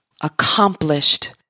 accomplished